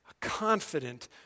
confident